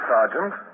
Sergeant